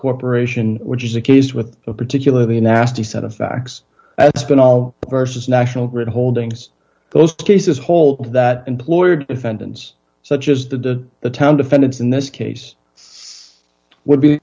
corporation which is the case with a particularly nasty set of facts that's going on versus national grid holdings those cases hold that employer defendants such as the the town defendants in this case would be